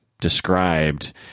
described